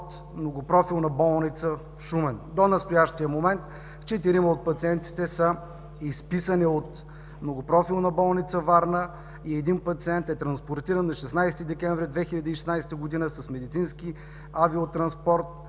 Многопрофилна болница – Шумен. До настоящия момент четирима от пациентите са изписани от Многопрофилна болница – Варна, и един пациент е транспортиран на 16 декември 2016 г. с медицински авиотранспорт